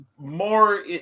more